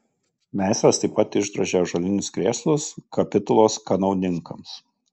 meistras taip pat išdrožė ąžuolinius krėslus kapitulos kanauninkams